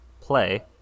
play